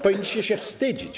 Powinniście się wstydzić.